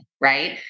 right